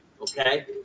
Okay